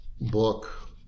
book